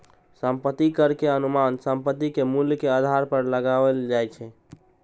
संपत्ति कर के अनुमान संपत्ति के मूल्य के आधार पर लगाओल जाइ छै